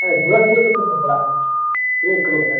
ᱡᱷᱩᱨᱟᱹ cement ᱠᱚ ᱛᱤᱱᱟᱹᱜ ᱠᱚ ᱯᱟᱲᱟᱜᱼᱟ ᱛᱤᱱᱟᱹᱜ ᱠᱤᱞᱳ ᱠᱟᱛᱮᱫ